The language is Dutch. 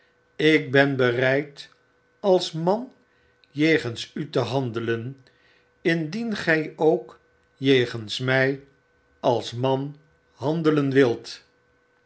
ik ben bereid als man jegens u te handelen indien gy ook jegens my als man handelen wilt